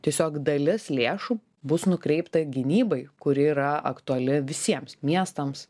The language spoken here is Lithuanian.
tiesiog dalis lėšų bus nukreipta gynybai kuri yra aktuali visiems miestams